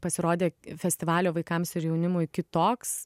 pasirodė festivalio vaikams ir jaunimui kitoks